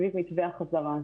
סביב מתווה החזרה,